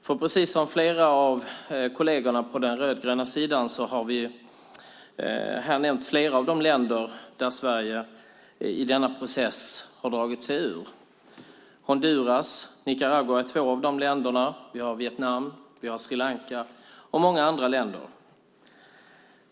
Flera av mina kolleger på den rödgröna sidan har här nämnt flera av de länder där Sverige i denna process har dragit sig ur. Honduras och Nicaragua är två av de länderna. Det är Vietnam, Sri Lanka och många andra länder.